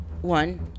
one